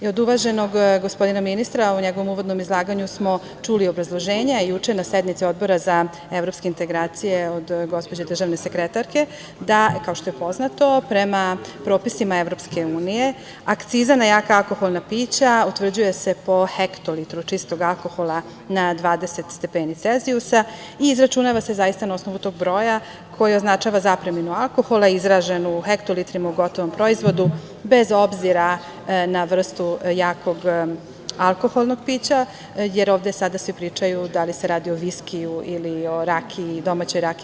Od uvaženog, gospodina ministra, u njegovom uvodnom izlaganju smo čuli obrazloženje, a juče na sednici Odbora za evropske integracije, od gospođe državne sekretarke, da kao što je poznato prema propisima EU akciza na jaka alkoholna pića utvrđuje se po hektolitru čistog alkohola na 20 stepeni celzijusa i izračunava se na osnovu tog broja, koji označava zapreminu alkohola izražena u hektolitrima u gotovom proizvodu, bez obzira na vrstu jakog alkoholnog pića, jer ovde sada svi pričaju da li se radi o viskiju ili o rakiji, domaćoj rakiji.